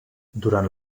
durant